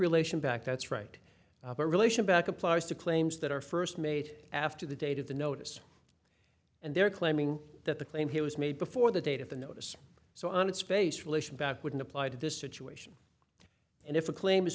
relation back that's right a relation back applies to claims that are first made after the date of the notice and they're claiming that the claim he was made before the date of the notice so on its face relation back wouldn't apply to this situation and if a claim is